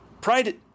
Pride